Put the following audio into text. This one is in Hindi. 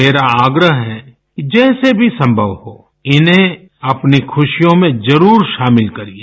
मेरा आग्रह है कि जैसे भी संभव हो इन्हें अपनी खुशियों में जरुर शामिल करिये